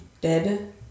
dead